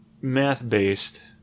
math-based